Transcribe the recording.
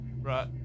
Right